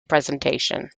presentation